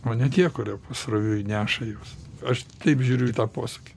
o ne tie kurie pasroviui neša juos aš taip žiūriu į tą posakį